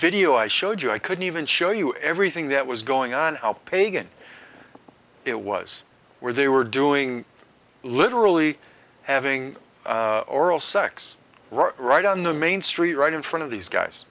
video i showed you i couldn't even show you everything that was going on pagan it was where they were doing literally having oral sex right on the main street right in front of these guys